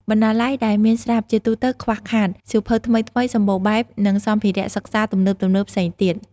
បណ្ណាល័យដែលមានស្រាប់ជាទូទៅខ្វះខាត សៀវភៅថ្មីៗ សម្បូរបែប និងសម្ភារៈសិក្សា ទំនើបៗផ្សេងទៀត។